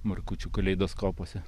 markučių kaleidoskopuose